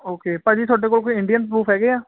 okay ਭਾਜੀ ਤੁਹਾਡੇ ਕੋਲ ਕੋਈ ਇੰਡੀਅਨ ਪਰੂਫ ਹੈਗੇ ਆ